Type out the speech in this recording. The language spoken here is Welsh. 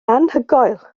anhygoel